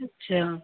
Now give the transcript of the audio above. अच्छा